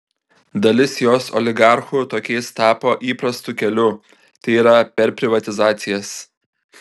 dalis jos oligarchų tokiais tapo įprastu keliu tai yra per privatizacijas